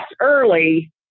early